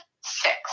Six